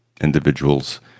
individuals